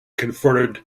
converted